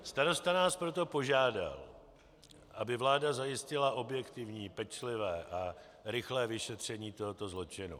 Starosta nás proto požádal, aby vláda zajistila objektivní, pečlivé a rychlé vyšetření tohoto zločinu.